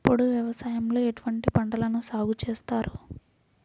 పోడు వ్యవసాయంలో ఎటువంటి పంటలను సాగుచేస్తారు?